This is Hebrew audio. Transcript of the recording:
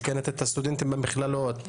מסכנת את הסטודנטים במכללות,